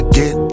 get